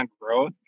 growth